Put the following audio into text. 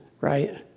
right